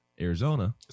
Arizona